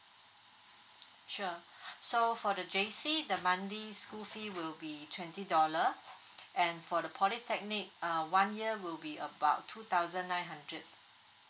sure so for the J_C the monthly school fee will be twenty dollar and for the polytechnic uh one year will be about two thousand nine hundred